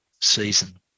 season